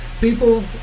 people